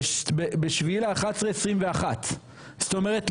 ב-7 בנובמבר 2021. זאת אומרת,